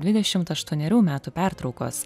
dvidešim aštuonerių metų pertraukos